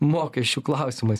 mokesčių klausimais